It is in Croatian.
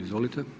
Izvolite.